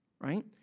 right